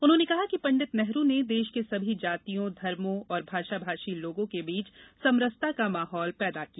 उन्होंने कहा कि पंडित नेहरू ने देश के सभी जातियों धर्मो और भाषा भाषी लोगों के बीच समरसता का माहौल पैदा किया